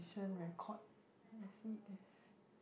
record S_E_S